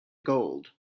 gold